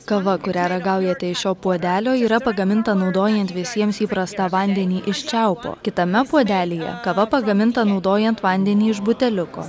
kava kurią ragaujate iš šio puodelio yra pagaminta naudojant visiems įprastą vandenį iš čiaupo kitame puodelyje kava pagaminta naudojant vandenį iš buteliuko